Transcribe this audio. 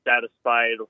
satisfied